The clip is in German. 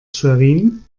schwerin